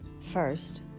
first